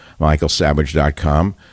michaelsavage.com